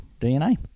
DNA